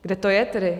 Kde to je tedy?